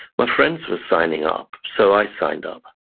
my friends were signing up so i signed up.